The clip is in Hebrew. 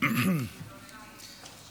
יונתן